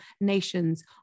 nations